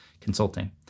consulting